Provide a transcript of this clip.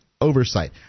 oversight